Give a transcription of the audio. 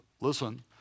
listen